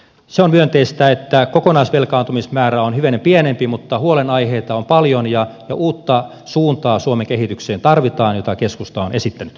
se on myönteistä että kokonaisvelkaantumisen määrä on hivenen pienempi mutta huolenaiheita on paljon ja uutta suuntaa suomen kehitykseen tarvitaan jota keskusta on esittänyt